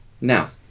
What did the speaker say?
Now